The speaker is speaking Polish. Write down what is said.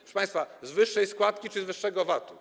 Proszę państwa, z wyższej składki czy z wyższego VAT?